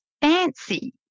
fancy